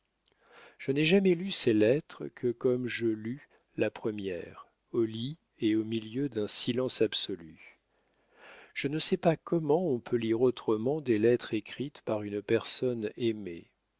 je n'ai jamais lu ses lettres que comme je lus la première au lit et au milieu d'un silence absolu je ne sais pas comment on peut lire autrement des lettres écrites par une personne aimée